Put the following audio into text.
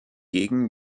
gegen